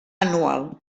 anual